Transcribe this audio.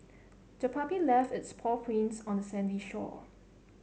the puppy left its paw prints on the sandy shore